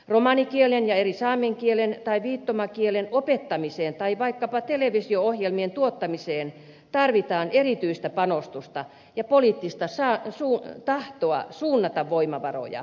romanikielen ja eri saamen kielten tai viittomakielen opettamiseen tai vaikkapa televisio ohjelmien tuottamiseen tarvitaan erityistä panostusta ja poliittista tahtoa suunnata voimavaroja